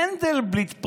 מנדלבליט,